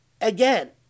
Again